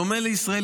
בדומה לישראל,